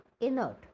inert